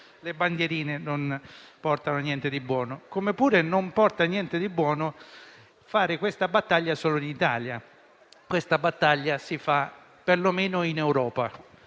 le bandierine non portano niente di buono. Non porta niente di buono nemmeno fare questa battaglia solo in Italia. Questa battaglia si fa per lo meno in Europa,